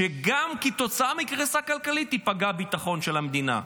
כתוצאה מקריסה כלכלית גם ביטחון המדינה ייפגע.